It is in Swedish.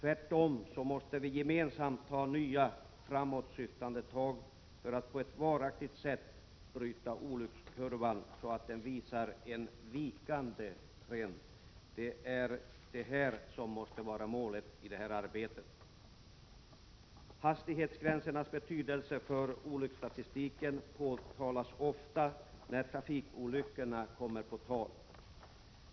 Vi måste tvärtom gemensamt ta nya framåtsyftande tag för att på ett varaktigt sätt bryta olyckskurvan så att den visar en vikande trend. Det måste vara målet i arbetet. Hastighetsgränsernas betydelse för olycksstatistiken framhålls ofta när trafikolyckorna kommer på tal.